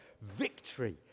victory